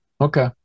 Okay